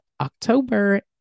October